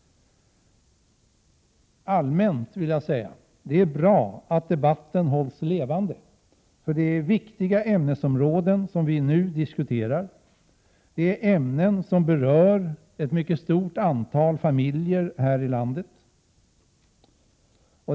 Allmänt vill jag säga att det är bra att debatten hålls levande, för det är viktiga ämnesområden vi diskuterar. Det är ämnesområden som berör ett mycket stort antal familjer här i landet.